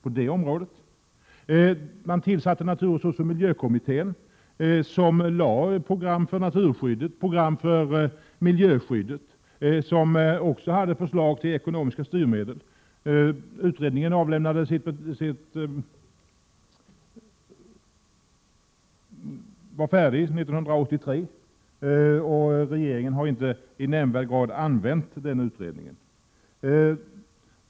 Naturresursoch miljökommittén tillsattes, som lade fram program för naturskyddet och program för miljöskyddet och som även hade förslag till ekonomiska styrmedel. Utredningen var färdig 1983, och regeringen har inte i nämnvärd grad använt den utredningen.